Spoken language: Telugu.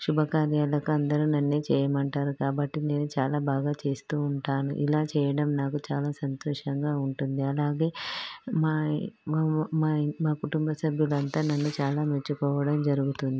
శుభకార్యాలకు అందరూ నన్నే చేయమంటారు కాబట్టి నేను చాలా బాగా చేస్తూ ఉంటాను ఇలా చేయడం నాకు చాలా సంతోషంగా ఉంటుంది అలాగే మా కుటుంబసభ్యులు అంతా నన్ను చాలా మెచ్చుకోవడం జరుగుతుంది